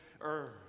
earth